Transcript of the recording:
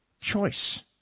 choice